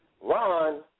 Ron